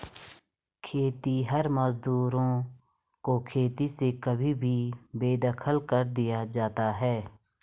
खेतिहर मजदूरों को खेती से कभी भी बेदखल कर दिया जाता है